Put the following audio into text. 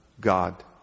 God